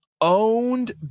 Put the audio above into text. owned